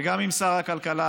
וגם עם שר הכלכלה,